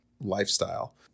lifestyle